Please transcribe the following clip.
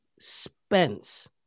Spence